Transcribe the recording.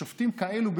שופטים כאלה,